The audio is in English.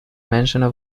mentioned